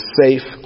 safe